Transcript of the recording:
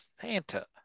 Santa